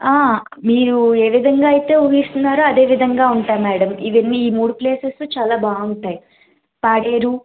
మీరు ఏ విధంగా అయితే ఊహిస్తున్నారో అదే విధంగా ఉంటాయి మ్యాడం ఇవన్నీ ఈ మూడు ప్లేసెస్ చాలా బాగుంటాయి పాడేరు